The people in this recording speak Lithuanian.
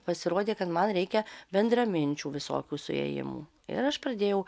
pasirodė kad man reikia bendraminčių visokių suėjimų ir aš pradėjau